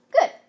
Good